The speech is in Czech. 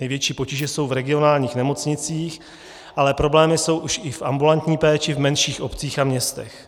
Největší potíže jsou v regionálních nemocnicích, ale problémy jsou už i v ambulantní péči v menších obcích a městech.